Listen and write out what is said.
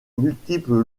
multiples